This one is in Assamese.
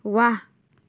ৱাহ